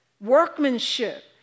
workmanship